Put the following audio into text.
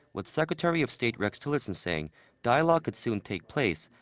with secretary of state rex tillerson saying dialogue could soon take place.